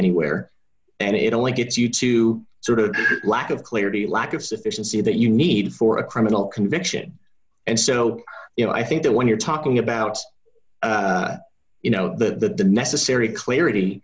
anywhere and it only gets you to sort of lack of clarity lack of sufficiency that you need for a criminal conviction and so you know i think that when you're talking about you know the necessary clarity